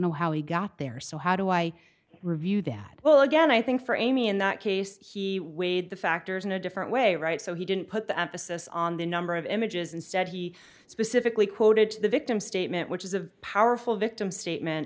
know how he got there so how do i review that well again i think for amy in that case he weighed the factors in a different way right so he didn't put the emphasis on the number of images instead he specifically quoted the victim's statement which is a powerful victim's statement